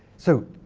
so